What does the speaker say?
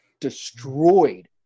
destroyed